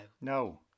No